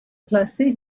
placé